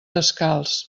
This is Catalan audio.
descalç